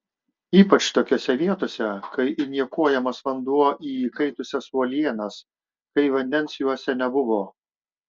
ypač tokiose vietose kai injekuojamas vanduo į įkaitusias uolienas kai vandens juose nebuvo